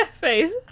face